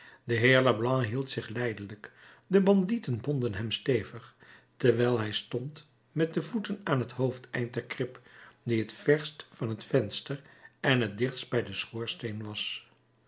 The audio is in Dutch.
de heer leblanc hield zich lijdelijk de bandieten bonden hem stevig terwijl hij stond met de voeten aan t hoofdeneind der krib die het verst van het venster en het dichtst bij den schoorsteen